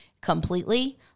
completely